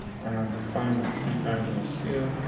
and the final three paragraphs here.